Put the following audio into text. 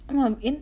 ஆமா:aamaa